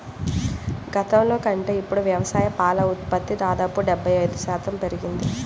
గతంలో కంటే ఇప్పుడు వ్యవసాయ పాల ఉత్పత్తి దాదాపు డెబ్బై ఐదు శాతం పెరిగింది